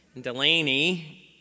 Delaney